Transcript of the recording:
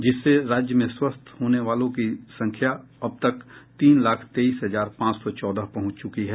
जिससे राज्य में स्वस्थ होने वालों की संख्या अब तक तीन लाख तेईस हजार पांच सौ चौदह पहुंच चुकी है